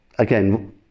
Again